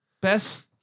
Best